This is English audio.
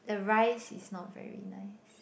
the rice is not very nice